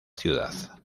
ciudad